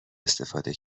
استفاده